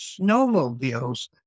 snowmobiles